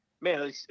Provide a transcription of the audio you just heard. man